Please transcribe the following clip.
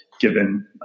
given